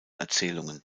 erzählungen